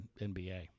NBA